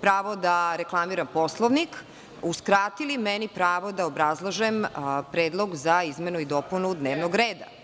pravo da reklamiram Poslovnik, uskratili pravo da obrazlažem predlog za izmenu i dopunu dnevnog reda.